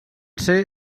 ser